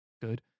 good